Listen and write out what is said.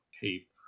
tape